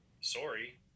sorry